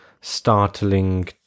startling